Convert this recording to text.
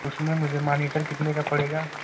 उसमें मुझे मानीटर कितने का पड़ेगा